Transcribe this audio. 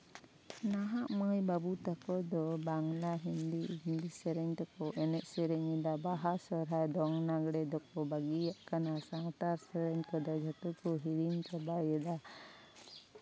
ᱱᱟᱦᱟᱜ ᱢᱟᱹᱭ ᱵᱟᱹᱵᱩ ᱛᱟᱠᱚ ᱫᱚ ᱵᱟᱝᱞᱟ ᱦᱤᱱᱫᱤ ᱤᱝᱞᱤᱥ ᱥᱮᱨᱮᱧ ᱛᱮᱠᱚ ᱮᱱᱮᱡᱼᱥᱮᱨᱮᱧ ᱮᱫᱟ ᱵᱟᱦᱟ ᱥᱚᱦᱨᱟᱭ ᱫᱚᱝ ᱞᱟᱜᱽᱲᱮ ᱫᱚᱠᱚ ᱵᱟᱹᱜᱤᱭᱟᱱ ᱠᱟᱱᱟ ᱥᱟᱶᱛᱟ ᱥᱮᱨᱮᱧ ᱠᱚᱫᱚ ᱡᱚᱛᱚ ᱠᱚ ᱦᱤᱲᱤᱧ ᱪᱟᱵᱟᱭᱮᱫᱟ